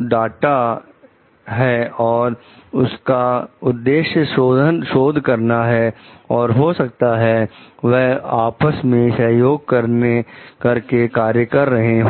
डांटा डांटा है और उसका उद्देश्य शोध करना है और हो सकता है वह आपस में सहयोग करके कार्य कर रहे हो